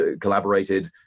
collaborated